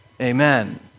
Amen